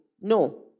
No